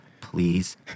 please